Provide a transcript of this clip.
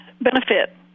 benefit